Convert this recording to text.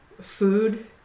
food